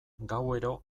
gauero